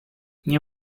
nie